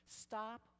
Stop